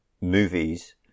movies